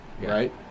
Right